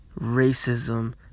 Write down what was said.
Racism